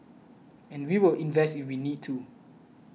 and we will invest if we need to